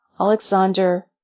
Alexander